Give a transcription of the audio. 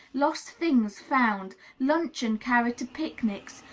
lost things found, luncheon carried to picnics,